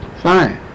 fine